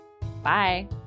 Bye